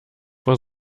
vor